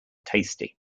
tasty